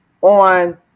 on